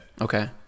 Okay